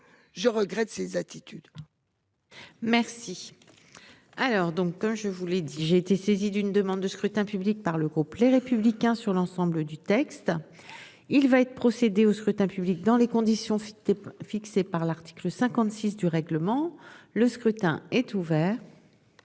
Je regrette ces attitudes. Merci. Alors donc quand je vous l'ai dit, j'ai été saisi d'une demande de scrutin public par le groupe Les Républicains sur l'ensemble du texte. Il va être procédé au scrutin public dans les conditions fixées fixées par l'article 56 du règlement, le scrutin est ouvert.